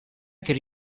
could